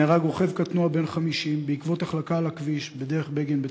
נהרג רוכב קטנוע בן 50 בעקבות החלקה על הכביש בדרך בגין בתל-אביב,